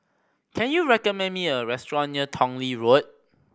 can you recommend me a restaurant near Tong Lee Road